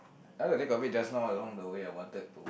come to think of it just now along the way I wanted to